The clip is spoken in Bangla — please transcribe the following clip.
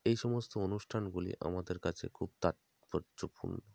এই সমস্ত অনুষ্ঠানগুলি আমাদের কাছে খুব তাৎপর্যপূর্ণ